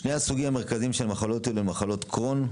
שני הסוגים המרכזיים של מחלות אלה הן מחלת קרוהן,